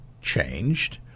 changed